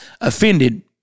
offended